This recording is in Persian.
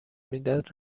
میداد